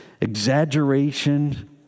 exaggeration